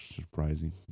surprising